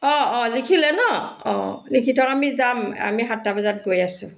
অঁ অঁ লিখিলে ন অঁ লিখি থওক আমি যাম আমি সাতটা বজাত গৈ আছোঁ